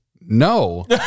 no